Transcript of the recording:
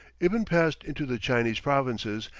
ibn passed into the chinese provinces,